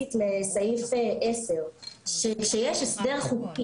רלוונטית גם לסעיף 10. כשיש הסדר חוקי